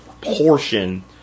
portion